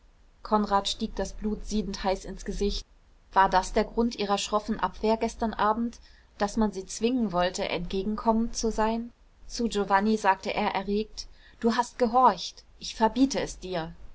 konrad stieg das blut siedend heiß ins gesicht war das der grund ihrer schroffen abwehr gestern abend daß man sie zwingen wollte entgegenkommend zu sein zu giovanni sagte er erregt du hast gehorcht ich verbiete es dir